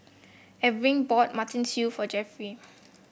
Erving bought Mutton Stew for Jeffry